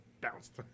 bounced